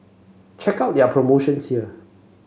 check out their promotion here